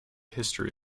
history